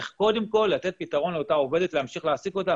איך קודם כל לתת פתרון לאותה עובדת להמשיך להעסיק אותה,